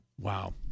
wow